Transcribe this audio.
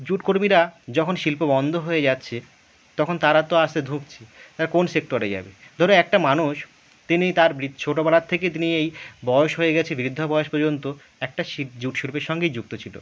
jute কর্মীরা যখন শিল্প বন্ধ হয়ে যাচ্ছে তখন তারা তো আস্তে ধুঁকছে তারা কোন সেক্টরে যাবে ধরো একটা মানুষ তিনি তাঁর বৃ ছোটবেলা থেকেই তিনি এই বয়স হয়ে গেছে বৃদ্ধা বয়স পর্যন্ত একটা শি জুট শিল্পের সঙ্গেই যুক্ত ছিল